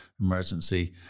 emergency